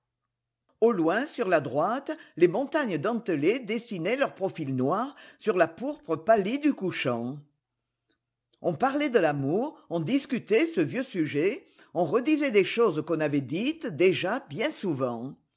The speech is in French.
au loin sur la droite les montagnes dentelées dessinaient leur profil noir sur la pourpre pâlie du couchant on parlait de l'amour on discutait ce vieux sujet on redisait des choses qu'on avait dites déjà bien souvent